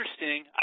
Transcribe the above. interesting